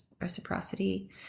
reciprocity